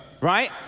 right